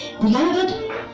Beloved